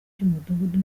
cy’umudugudu